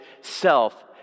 self